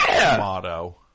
motto